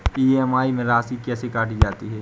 EMI में राशि कैसे काटी जाती है?